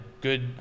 good